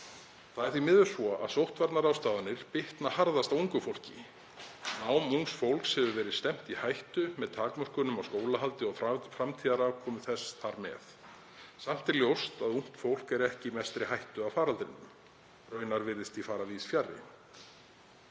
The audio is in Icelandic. Það er því miður svo að sóttvarnaráðstafanir bitna harðast á ungu fólki. Námi ungs fólks hefur verið stefnt í hættu með takmörkunum á skólahaldi og framtíðarafkomu þess þar með. Samt er ljóst að ungt fólk er ekki í mestri hættu af faraldrinum. Raunar virðist því fara víðs fjarri.